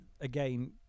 again